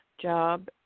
job